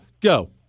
Go